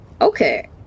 Okay